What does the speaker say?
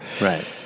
Right